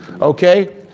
okay